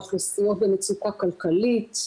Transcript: אוכלוסיות במצוקה כלכלית,